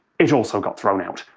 it also got thrown out.